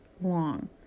long